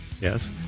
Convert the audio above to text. Yes